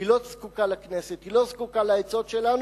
היא לא זקוקה לכנסת, היא לא זקוקה לעצות שלנו.